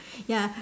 ya